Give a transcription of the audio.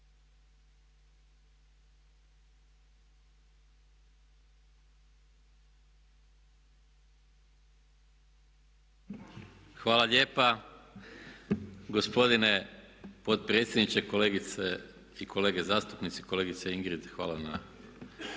Hvala lijepo gospodine potpredsjedniče, kolegice i kolege zastupnici. Prvo da se zahvalim